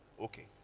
Okay